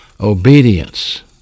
Obedience